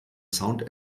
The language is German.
sound